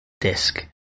disc